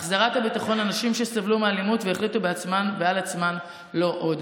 החזרת הביטחון לנשים שסבלו מאלימות והחליטו בעצמן ועל עצמן: לא עוד.